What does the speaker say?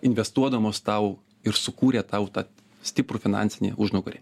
investuodamos tau ir sukūrė tau tą stiprų finansinį užnugarį